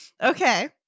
okay